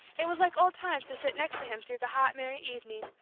it was like old times to sit next to him through the hot merry evening,